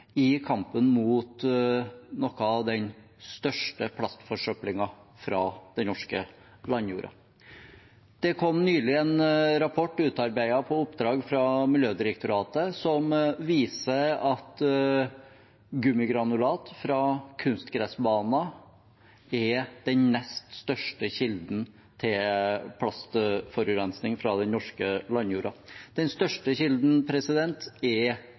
i kampen mot noe av den største plastforsøplingen fra den norske landjorda. Det kom nylig en rapport utarbeidet på oppdrag fra Miljødirektoratet som viser at gummigranulat fra kunstgressbaner er den nest største kilden til plastforurensning fra den norske landjorda. Den største kilden er